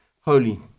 holy